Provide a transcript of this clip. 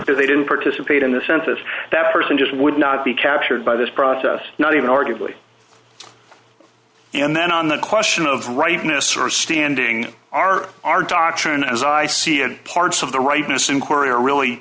because they didn't participate in the census that person just would not be captured by this process not even arguably and then on the question of rightness or standing our our doctrine as i see it parts of the rightness in korea really